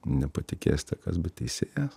nepatikėsite kas bet teisėjas